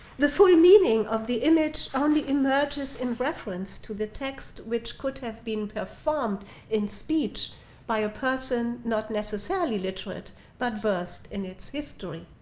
the full meaning of the image only emerges in reference to the text, which could have been performed in speech by a person not necessarily literate but versed in its history.